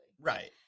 right